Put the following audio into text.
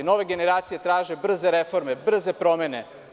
Nove generacije traže brze reforme, brze promene.